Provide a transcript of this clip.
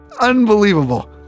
Unbelievable